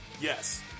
Yes